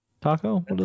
taco